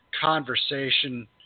conversation